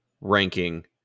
ranking